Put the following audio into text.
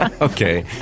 Okay